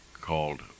called